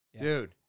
Dude